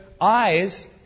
eyes